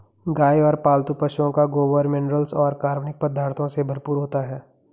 गाय और पालतू पशुओं का गोबर मिनरल्स और कार्बनिक पदार्थों से भरपूर होता है